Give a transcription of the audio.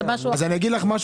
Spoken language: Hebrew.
זה משהו אחר.